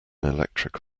electric